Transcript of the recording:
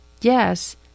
Yes